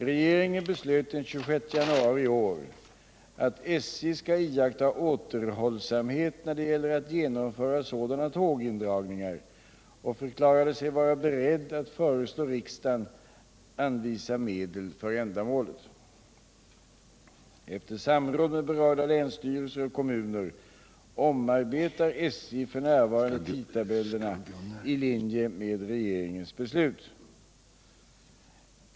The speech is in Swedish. Regeringen beslöt den 26 januari i år att SJ skall iaktta återhållsamhet när det gäller att genomföra sådana tågindragningar och förklarade sig vara beredd att föreslå riksdagen anvisa medel för ändamålet. Efter samråd med berörda länsstyrelser och kommuner omarbetar SJ f. n. tidtabellerna i linje med regeringens beslut.